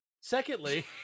Secondly